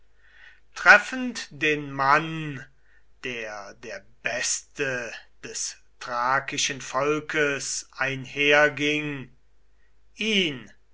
treffend den mann der der beste des thrakischen volkes einherging ihn